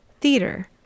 theater